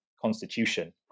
constitution